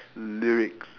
lyrics